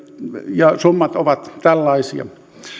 ja summat ovat tällaisia